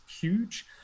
huge